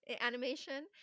animation